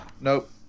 nope